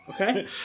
Okay